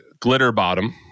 Glitterbottom